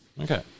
Okay